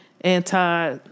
Anti